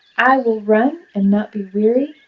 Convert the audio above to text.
i will run and not be weary.